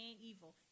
evil